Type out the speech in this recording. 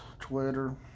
Twitter